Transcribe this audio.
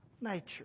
nature